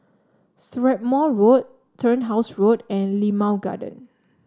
Strathmore Road Turnhouse Road and Limau Garden